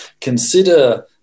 Consider